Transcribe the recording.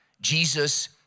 Jesus